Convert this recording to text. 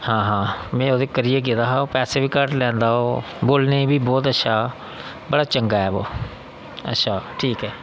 हां हां में ओह्दी करियै गेदा हा पैसे बी घट्ट लैंदा ओह् बोलने गी बी बहुत अच्छा ओह् बड़ा चंगा ऐ ओह् अच्छा ठीक ऐ ओह्